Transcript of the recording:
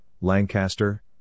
Lancaster